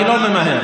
אני לא ממהר.